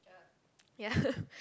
yeah